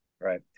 right